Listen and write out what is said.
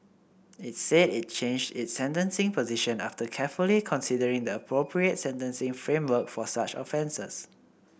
it said it changed its sentencing position after carefully considering the appropriate sentencing framework for such offences